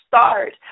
start